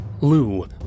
Lou